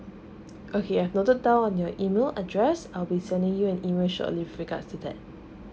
okay I've noted down your email address I'll be sending you an email shortly with regards to that